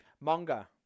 Manga